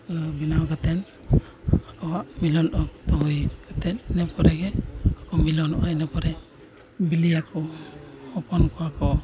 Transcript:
ᱚᱱᱟ ᱵᱮᱱᱟᱣ ᱠᱟᱛᱮᱫ ᱟᱠᱚᱣᱟᱜ ᱢᱤᱞᱚᱱ ᱚᱠᱛᱚ ᱦᱩᱭ ᱠᱟᱛᱫ ᱤᱱᱟᱹ ᱯᱚᱨᱮ ᱜᱮ ᱟᱠᱚ ᱠᱚ ᱢᱤᱞᱚᱱᱚᱜᱼᱟ ᱤᱱᱟᱹ ᱯᱚᱨᱮ ᱵᱤᱞᱤᱭᱟᱠᱚ ᱦᱚᱯᱚᱱ ᱠᱚᱣᱟᱠᱚ